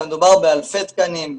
אבל מדובר באלפי תקנים,